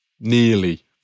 nearly